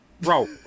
bro